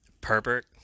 Pervert